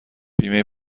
بیمه